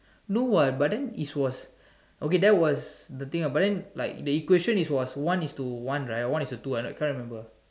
no what but then it was okay that was the thing ah but then like the equation is was one is to one right or one is to two I not can't remember